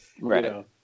Right